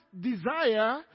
desire